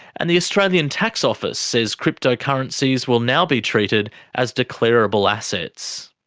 and the australian tax office says cryptocurrencies will now be treated as declarable assets.